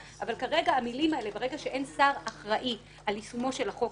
אבל כרגע המילים האלה ברגע שאין שר אחראי על יישומו של החוק,